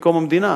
מקום המדינה.